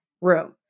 room